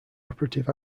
operative